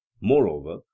moreover